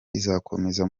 izakomeza